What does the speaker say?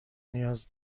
نیاز